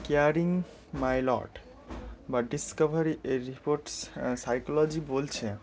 caring my lot বা discovery এ reports psychology বলছে